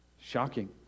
Shocking